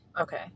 okay